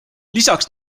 lisaks